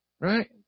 Right